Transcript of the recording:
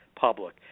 public